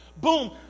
boom